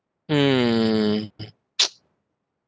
mm